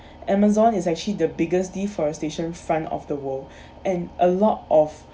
amazon is actually the biggest deforestation front of the world and a lot of